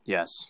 Yes